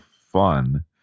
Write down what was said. fun